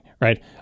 right